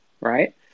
Right